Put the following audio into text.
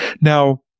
Now